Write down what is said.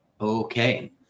Okay